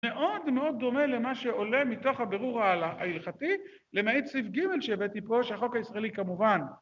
מאוד מאוד דומה למה שעולה מתוך הבירור ההלכתי למעיט סעיף גימל שהבאתי פה, שהחוק הישראלי כמובן.